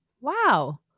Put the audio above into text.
Wow